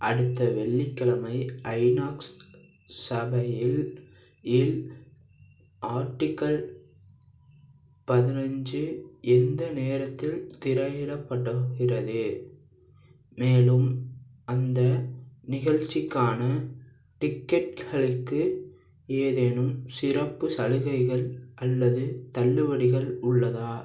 அடுத்த வெள்ளிக்கெழமை ஐநாக்ஸ் சபையில் இல் ஆர்டிக்கல் பதினஞ்சு எந்த நேரத்தில் திரையிடப்பட்டுக்கின்றது மேலும் அந்த நிகழ்ச்சிக்கான டிக்கெட்டுகளுக்கு ஏதேனும் சிறப்பு சலுகைகள் அல்லது தள்ளுபடிகள் உள்ளதா